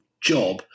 job